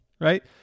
right